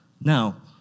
Now